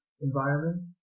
environment